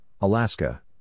Alaska